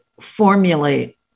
formulate